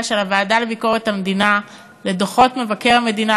של הוועדה לביקורת המדינה לדוחות מבקר המדינה,